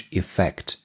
effect